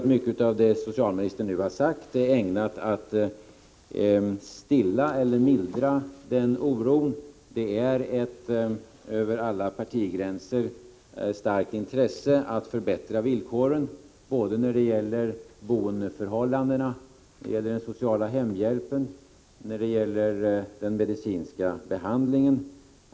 Mycket av det socialministern nu har sagt är troligtvis ägnat att stilla eller mildra den oron. Det finns ett över alla partigränser starkt intresse att förbättra villkoren när det gäller både boendeförhållandena, den sociala hemhjälpen och den medicinska behandlingen.